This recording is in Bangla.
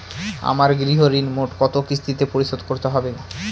আমার গৃহঋণ মোট কত কিস্তিতে পরিশোধ করতে হবে?